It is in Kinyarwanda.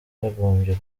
yagombye